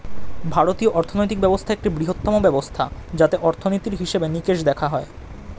ভারতীয় অর্থনৈতিক ব্যবস্থা একটি বৃহত্তম ব্যবস্থা যাতে অর্থনীতির হিসেবে নিকেশ দেখা হয়